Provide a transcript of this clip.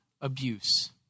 abuse